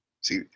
See